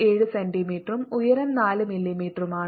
67 സെന്റീമീറ്ററും ഉയരം 4 മില്ലിമീറ്ററുമാണ്